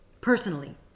Personally